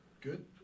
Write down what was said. Good